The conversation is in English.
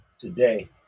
today